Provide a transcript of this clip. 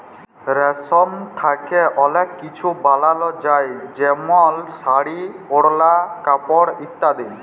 রেশম থ্যাকে অলেক কিছু বালাল যায় যেমল শাড়ি, ওড়লা, কাপড় ইত্যাদি